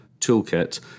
toolkit